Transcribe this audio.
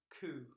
coup